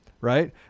Right